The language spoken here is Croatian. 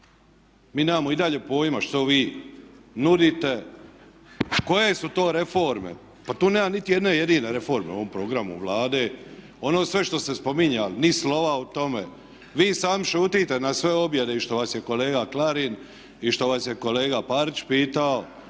Mi nemamo i dalje pojma što vi nudite, koje su to reforme, pa tu nema niti jedne reforme u ovom programu Vlade. Ono sve što ste spominjali ni slova o tome. Vi sami šutite na sve objede i što vas je kolega Klarin i što vas je kolega Parić pitao,